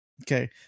Okay